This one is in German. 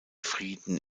frieden